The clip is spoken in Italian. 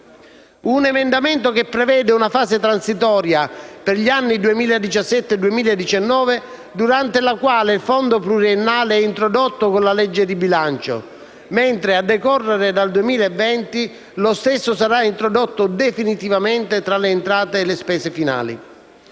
un emendamento che prevede una fase transitoria per gli anni 2017-2019, durante la quale il fondo pluriennale è introdotto con la legge di bilancio, mentre a decorrere dal 2020 lo stesso sarà introdotto definitivamente tra le entrate e le spese finali.